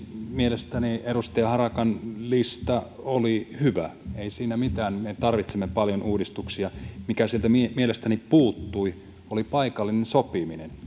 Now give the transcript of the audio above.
mielestäni edustaja harakan lista oli hyvä ei siinä mitään me tarvitsemme paljon uudistuksia se mikä sieltä mielestäni puuttui oli paikallinen sopiminen kun